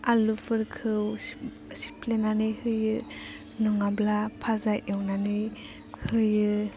आलुफोरखौ सिफ्लेनानै होयो नङाब्ला फाजा एवनानै होयो